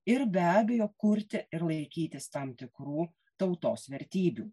ir be abejo kurti ir laikytis tam tikrų tautos vertybių